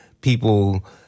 people